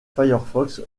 firefox